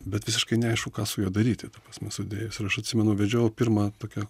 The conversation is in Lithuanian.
bet visiškai neaišku ką su juo daryti ta prasme sudėjus ir aš atsimenu vedžiau pirmą tokią